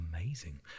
Amazing